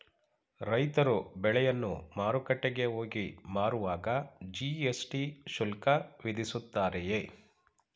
ರೈತರು ಬೆಳೆಯನ್ನು ಮಾರುಕಟ್ಟೆಗೆ ಹೋಗಿ ಮಾರುವಾಗ ಜಿ.ಎಸ್.ಟಿ ಶುಲ್ಕ ವಿಧಿಸುತ್ತಾರೆಯೇ?